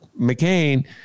McCain